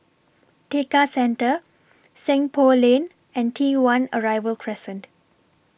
Tekka Centre Seng Poh Lane and T one Arrival Crescent